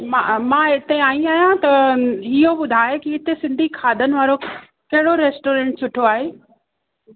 मां मां इते आयी आहियां त इहो ॿुधायो की हिते सिंधी खाधनि वारो कहिड़ो रेस्टोरेंट सुठो आहे